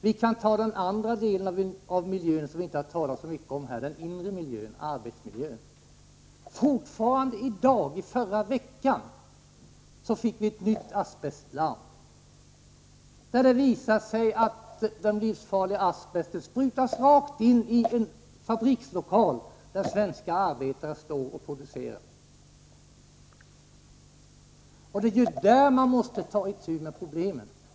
Vi kan också ta upp den andra delen av miljöfrågorna, som vi inte har talat så mycket om, arbetsmiljön. Så sent som i förra veckan fick vi ett nytt asbestlarm. Det visade sig att den livsfarliga asbesten sprutas rakt in i en fabrikslokal, där svenska arbetare står och producerar. Där måste man ta itu med problemen.